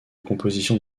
composition